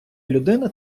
людина